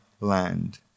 land